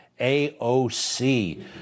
AOC